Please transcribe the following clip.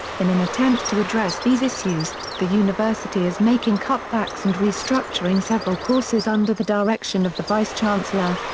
in an attempt to address these issues, the university is making cut backs and restructuring several courses under the direction of the vice-chancellor,